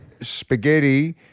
spaghetti